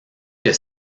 que